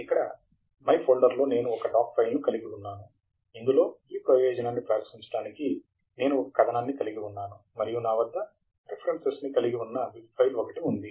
ఇక్కడ మైఫోల్డర్లో నేను ఒక డాక్ ఫైల్ను కలిగి ఉన్నాను ఇందులో ఈ ప్రయోజనాన్ని ప్రదర్శించడానికి నేను ఒక కథనాన్ని కలిగి ఉన్నాను మరియు నా వద్ద రిఫరెన్సెస్ ని కలిగి ఉన్న బిబ్ ఫైల్ ఒకటి ఉంది